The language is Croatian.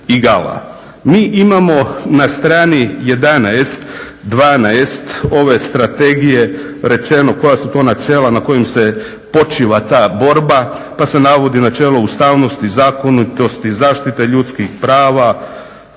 Mi imama na strani 11., 12. ove strategije rečeno koja su to načela na kojim se počiva ta borba, pa se navodi: načelo ustavnosti, zakonitosti, zaštite ljudskih prava,